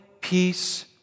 peace